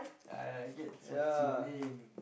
I gets what's you mean